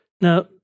Now